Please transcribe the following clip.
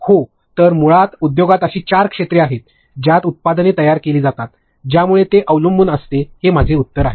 हो तर मुळात उद्योगात अशी चार क्षेत्रे आहेत ज्यात उत्पादने तयार केली जातात त्यामुळे ते अवलंबून असते हे माझे उत्तर आहे